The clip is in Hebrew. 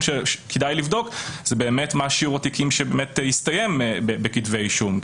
שכדאי לבדוק זה מה שיעור התיקים שהסתיים בכתבי אישום,